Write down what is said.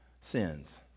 sins